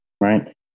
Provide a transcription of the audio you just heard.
right